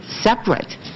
separate